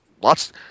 lots